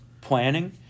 planning